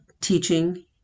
teaching